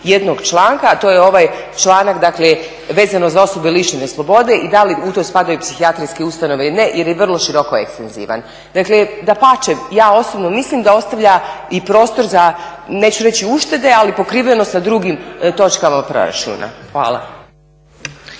jednog članka, to je ovaj članak, dakle vezano za osobe lišene slobode i da li u to spadaju psihijatrijske ustanove ili ne je vrlo široko ekstenzivan. Dakle, dapače ja osobno mislim da ostavlja i prostor za, neću reći uštede, ali pokrivenost sa drugim točkama proračuna. Hvala.